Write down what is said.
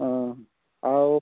ହଁ ଆଉ